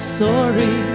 sorry